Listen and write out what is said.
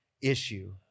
issue